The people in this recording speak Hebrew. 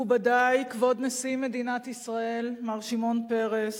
מכובדי, כבוד נשיא מדינת ישראל מר שמעון פרס,